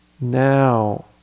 now